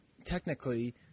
Technically